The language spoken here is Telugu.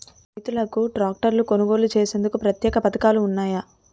రైతులకు ట్రాక్టర్లు కొనుగోలు చేసేందుకు ప్రత్యేక పథకాలు ఉన్నాయా?